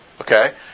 Okay